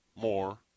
more